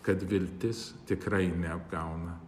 kad viltis tikrai neapgauna